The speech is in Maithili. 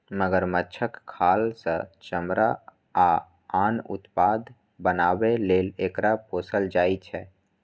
मगरमच्छक खाल सं चमड़ा आ आन उत्पाद बनाबै लेल एकरा पोसल जाइ छै